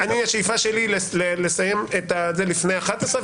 השאיפה שלי היא לסיים את זה לפני 11:00,